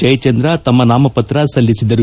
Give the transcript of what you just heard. ಜಯಚಂದ್ರ ತಮ್ಮ ನಾಮಪತ್ರವನ್ನು ಸಲ್ಲಿಸಿದರು